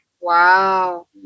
Wow